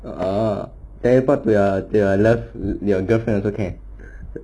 ah teleport to your to your love to your girlfriend also can